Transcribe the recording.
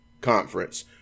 conference